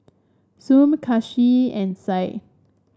Shuib Kasih and Said